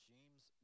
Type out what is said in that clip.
James